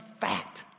fat